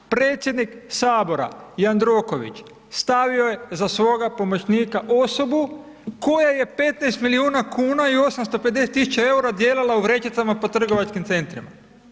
Predsjednik Sabora, Jandroković, stavio je za svoga pomoćnika osobu koja je 15 milijuna kuna i 850 tisuća EUR-a dijelila u vrećicama po trgovačkim centrima.